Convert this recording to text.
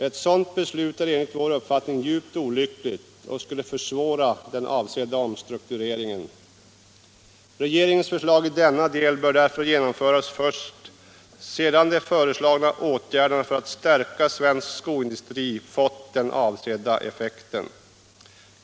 Ett sådant beslut är enligt vår uppfattning djupt olyckligt och skulle försvåra den avsedda omstruktureringen. Regeringens förslag i denna del bör därför genomföras först sedan de föreslagna åtgärderna för att stärka svensk skoindustri fått den avsedda effekten.